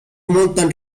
montan